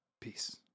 peace